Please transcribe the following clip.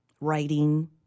writing